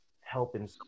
helping